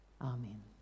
Amen